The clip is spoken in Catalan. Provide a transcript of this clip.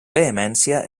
vehemència